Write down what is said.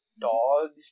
dogs